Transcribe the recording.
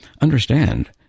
Understand